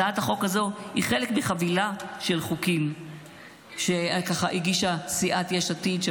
הצעת החוק הזאת היא חלק מחבילה של חוקים שהגישה סיעת יש עתיד.